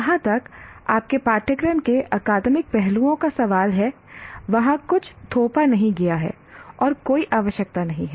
जहाँ तक आपके पाठ्यक्रम के अकादमिक पहलुओं का सवाल है वहाँ कुछ थोपा नहीं गया है और कोई आवश्यकता नहीं है